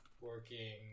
working